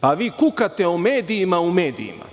A vi kukate o medijima u medijima.